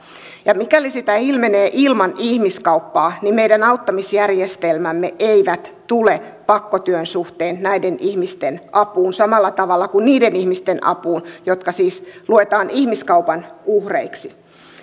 ja mikäli sitä ilmenee ilman ihmiskauppaa niin meidän auttamisjärjestelmämme eivät tule pakkotyön suhteen näiden ihmisten apuun samalla tavalla kuin niiden ihmisten apuun jotka siis luetaan ihmiskaupan uhreiksi